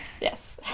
yes